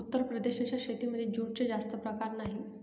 उत्तर प्रदेशाच्या शेतीमध्ये जूटचे जास्त प्रकार नाही